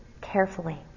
carefully